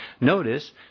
notice